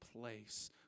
place